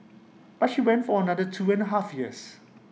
but she went for another two and A half years